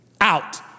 out